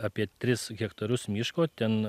apie tris hektarus miško ten